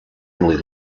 only